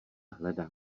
hledá